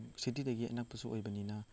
ꯁꯤꯇꯤꯗꯒꯤ ꯑꯅꯛꯄꯁꯨ ꯑꯣꯏꯕꯅꯤꯅ